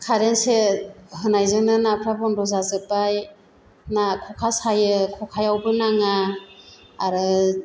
कारेन स'ख होनायजोंनो नाफ्रा बन्द जाजोब्बाय ना खखा सायो ना खखायावबो नाङा आरो